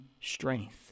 strength